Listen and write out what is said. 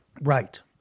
Right